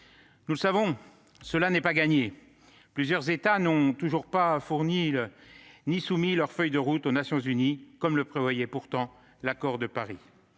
Nous le savons, cela n'est pas gagné : plusieurs États n'ont toujours pas soumis leur feuille de route aux Nations unies, comme le prévoyait pourtant l'accord de Paris.